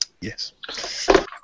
Yes